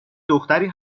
دختری